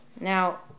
Now